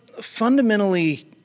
fundamentally